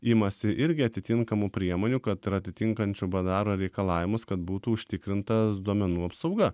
imasi irgi atitinkamų priemonių kad ir atitinkančių bdro reikalavimus kad būtų užtikrinta duomenų apsauga